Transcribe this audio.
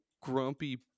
grumpy